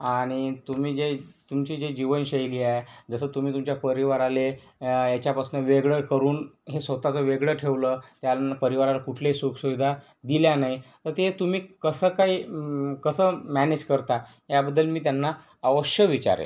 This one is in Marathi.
आणि तुम्ही जे तुमचे जे जीवनशैली आहे जसं तुम्ही तुमच्या परिवाराला या याच्यापासून वेगळं करून हे स्वतःचं वेगळं ठेवलं त्यांना परिवाराला कुठली सुखसुविधा दिल्या नाही मग ते तुम्ही कसं काय कसं मॅनेज करता याबद्दल मी त्यांना अवश्य विचारेल